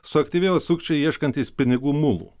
suaktyvėjo sukčiai ieškantys pinigų mulų